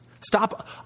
Stop